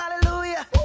Hallelujah